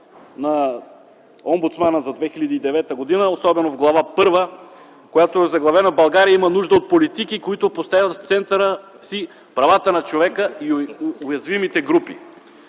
на омбудсмана за 2009 г., особено в Глава първа, която е озаглавена „България има нужда от политики, които поставят в центъра си правата на човека и уязвимите групи”.